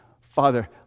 Father